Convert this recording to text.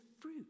fruit